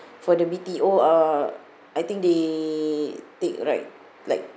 for the B_T_O uh I think they take right like